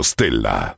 Stella